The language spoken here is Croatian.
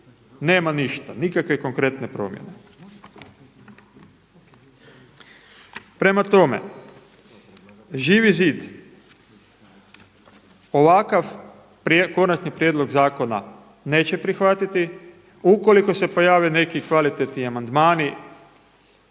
nema ništa, nikakve konkretne promjene. Prema tome, Živi zid ovakav konačni prijedlog zakona neće prihvatiti ukoliko se pojavi neki kvalitetni amandmani,